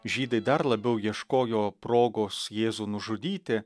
žydai dar labiau ieškojo progos jėzų nužudyti